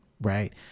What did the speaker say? right